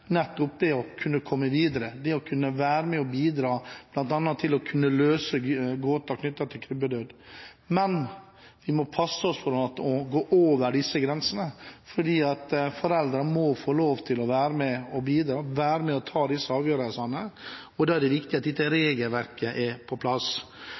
nettopp det å kunne komme videre, det å kunne være med og bidra bl.a. til å kunne løse gåten knyttet til krybbedød. Men vi må passe oss for å gå over disse grensene. Foreldre må få lov til å være med og bidra, være med og ta disse avgjørelsene, og da er det viktig at dette